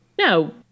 No